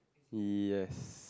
yes